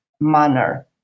manner